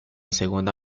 segunda